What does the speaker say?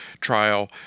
trial